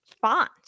Font